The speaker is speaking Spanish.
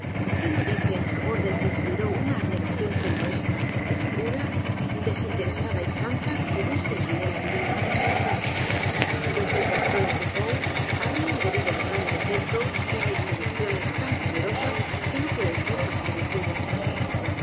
qué no dice en favor dól que inspiró una abnegación como ésta pura desinteresada y santa como un centinela divino los detractores de poe habrían debido notar en efecto que hay seducciones tan poderosas que no pueden ser más que virtudes